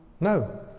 No